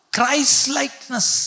Christ-likeness